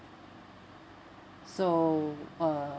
so uh